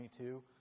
22